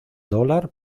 dólar